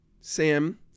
Sam